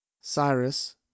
Cyrus